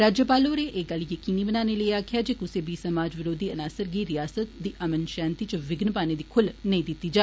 राज्यपाल होरें एह गल्ल जकीनी बनाने लेई आक्खेआ जे कुसै बी समाज बरोधी अनासर गी रिआसत दी अमन षांति च बिघ्न पाने दी खुल्ल नेई दित्ती जा